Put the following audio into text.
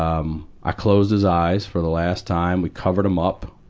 um, i closed his eyes for the last time. we covered him up.